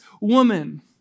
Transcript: woman